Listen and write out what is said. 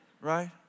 Right